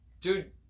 dude